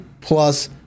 plus